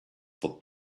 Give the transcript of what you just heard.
for